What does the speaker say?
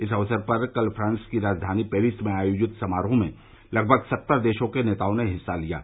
इस अवसर पर कल फ्रांस की राजधानी पेरिस में आयोजित समारोह में लगभग सत्तर देशों के नेतओं ने हिस्सा लिये